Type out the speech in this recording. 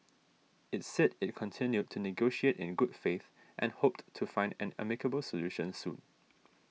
it said it continued to negotiate in good faith and hoped to find an amicable solution soon